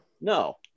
No